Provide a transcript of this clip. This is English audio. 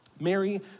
Mary